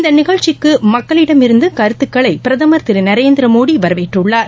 இந்தநிகழ்ச்சிக்குமக்களிடமிருந்துகருத்துக்களைபிரதமர் திருநரேந்திரமோடிவரவேற்றுள்ளார்